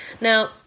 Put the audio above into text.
Now